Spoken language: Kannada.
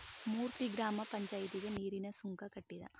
ಮೂರ್ತಿ ಗ್ರಾಮ ಪಂಚಾಯಿತಿಗೆ ನೀರಿನ ಸುಂಕ ಕಟ್ಟಿದ